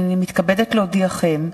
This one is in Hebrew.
הנני מתכבדת להודיעכם,